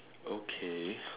okay